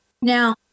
Now